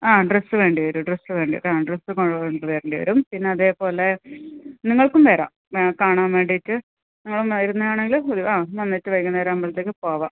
ആ ഡ്രസ്സ് വേണ്ടി വരും ഡ്രസ്സ് വേണ്ടി വരും ആ ഡ്രസ്സ് കൊണ്ടുവരേണ്ടി വരും പിന്നെ അതേപോലെ നിങ്ങൾക്കും വരാം കാണാൻ വേണ്ടിയിട്ട് നിങ്ങൾ വരുന്നതാണെങ്കിൽ ആ വന്നിട്ട് വൈകുന്നേരം ആവുമ്പോഴത്തേക്ക് പോവാം